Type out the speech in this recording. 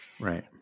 right